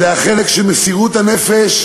וזה החלק של מסירות הנפש